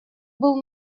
был